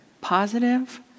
positive